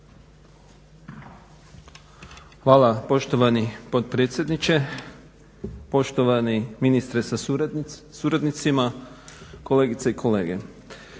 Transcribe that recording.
Hvala poštovani potpredsjedniče, poštovani ministre sa suradnicima, kolegice i kolege